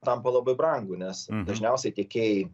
tampa labai brangu nes dažniausiai tiekėjai